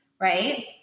right